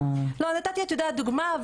נתתי דוגמה.